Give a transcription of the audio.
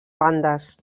bandes